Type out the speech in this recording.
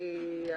בריינר,